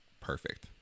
perfect